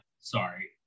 sorry